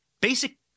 basic